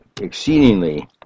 exceedingly